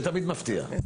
אני